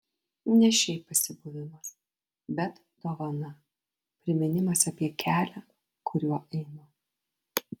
ne šiaip pasibuvimas bet dovana priminimas apie kelią kuriuo einu